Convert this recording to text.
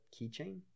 keychain